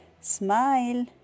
smile